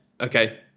okay